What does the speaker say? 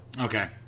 Okay